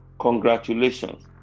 Congratulations